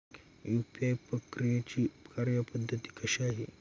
UPI प्रक्रियेची कार्यपद्धती कशी आहे?